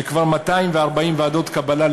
ו-240 ועדות קבלה,